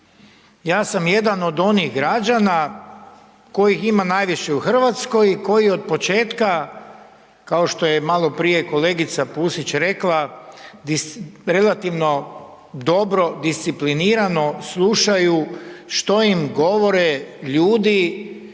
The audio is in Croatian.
ja sam jedan od onih građana kojih ima najviše u Hrvatskoj i koji od početka kao što je maloprije kolegica Pusić rekla relativno dobro, disciplinirano slušaju što im govore ljudi